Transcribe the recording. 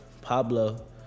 Pablo